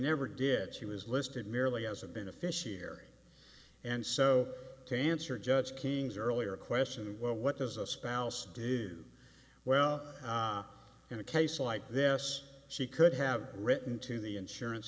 never did she was listed merely as a beneficiary and so to answer judge king's earlier question what does a spouse do well in a case like this she could have written to the insurance